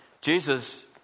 Jesus